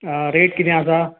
rate कितें आसा